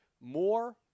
more